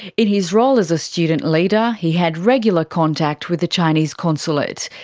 in his role as a student leader he had regular contact with the chinese consulate.